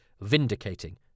vindicating